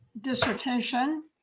dissertation